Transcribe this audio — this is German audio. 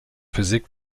physik